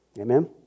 Amen